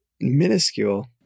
minuscule